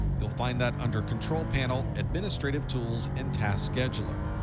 you'll find that under control panel, administrative tools, and task scheduler.